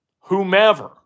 whomever